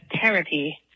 therapy